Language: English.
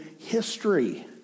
history